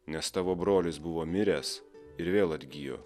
nes tavo brolis buvo miręs ir vėl atgijo